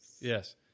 Yes